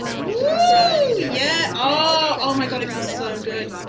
oh, yeah, oh my god it feels so good.